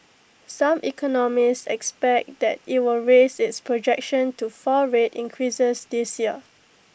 some economists expect that IT will raise its projection to four rate increases this year